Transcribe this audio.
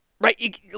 Right